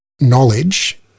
knowledge